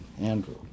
Andrew